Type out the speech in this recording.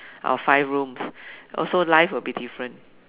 our five rooms also life will be different